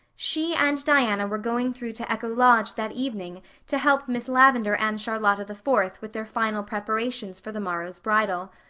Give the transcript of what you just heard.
she and diana were going through to echo lodge that evening to help miss lavendar and charlotta the fourth with their final preparations for the morrow's bridal.